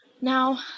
Now